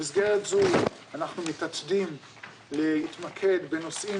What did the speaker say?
במסגרת זו אנחנו מתעתדים להתמקד בנושאים